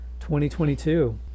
2022